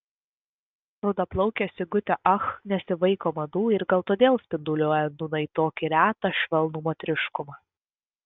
rudaplaukė sigutė ach nesivaiko madų ir gal todėl spinduliuoja nūnai tokį retą švelnų moteriškumą